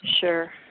Sure